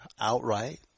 outright